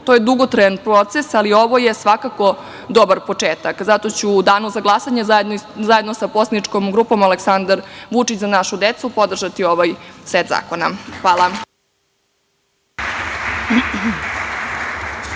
To je dugotrajan proces, ali ovo je svakako dobar početak. Zato ću u danu za glasanje, zajedno sa poslaničkom grupom „Aleksandar Vučić – Za našu decu“, podržati ovaj set zakona. Hvala.